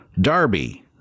Darby